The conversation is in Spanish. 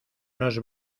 nos